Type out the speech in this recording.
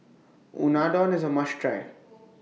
Unadon IS A must Try